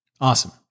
Awesome